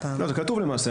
זה כתוב למעשה,